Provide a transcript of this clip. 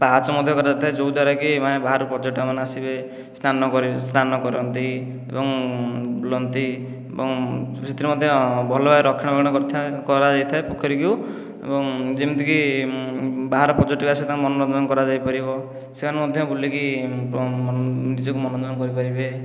ପାହାଚ ମଧ୍ୟ କରାଯାଇଥାଏ ଯେଉଁ ଦ୍ୱାରାକି ମାନେ ବାହାରୁ ପର୍ଯ୍ୟଟକମାନେ ଆସିବେ ସ୍ନାନ ସ୍ନାନ କରନ୍ତି ଏବଂ ବୁଲନ୍ତି ଏବଂ ସେଥିରେ ମଧ୍ୟ ଭଲ ଭାବରେ ରକ୍ଷଣଣା ବେକ୍ଷଣ କରାଯାଇଥାଏ ପୋଖରୀକୁ ଏବଂ ଯେମିତିକି ବାହାର ପର୍ଯ୍ୟଟକ ଆସିଲେ ତାଙ୍କର ମନୋରଞ୍ଜନ କରାଯାଇପାରିବ ସେମାନେ ମଧ୍ୟ ବୁଲିକି ନିଜକୁ ମନୋରଞ୍ଜନ କରିପାରିବେ